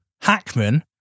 Hackman